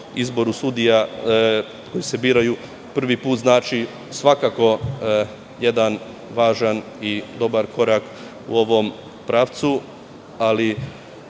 izboru sudija koji se biraju prvi put znači svakako jedan važan i dobar korak u ovom pravcu, ali